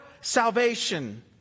salvation